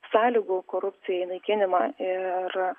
sąlygų korupcijai naikinimą ir